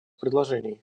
предложений